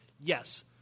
Yes